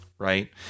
right